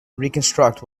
reconstruct